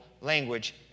language